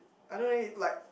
I don't know eh like